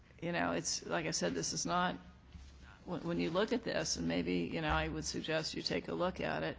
you know, it's like i said, this is not when you look at this, and maybe, you know, i would suggest you take a look at it,